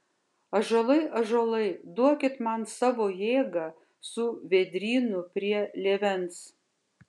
ąžuolai ąžuolai duokit man savo jėgą su vėdrynu prie lėvens